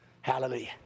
Hallelujah